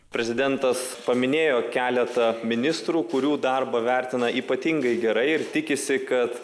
prezidentas paminėjo keletą ministrų kurių darbą vertina ypatingai gerai ir tikisi kad